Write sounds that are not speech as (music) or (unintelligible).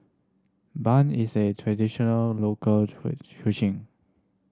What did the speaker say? bun is a traditional local (unintelligible)